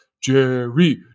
Jerry